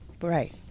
Right